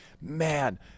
man